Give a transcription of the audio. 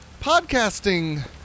podcasting